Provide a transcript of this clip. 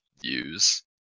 use